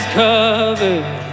covered